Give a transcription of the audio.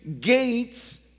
gates